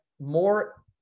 more